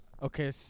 Okay